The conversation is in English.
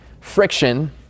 Friction